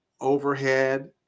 overhead